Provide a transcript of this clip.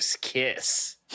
kiss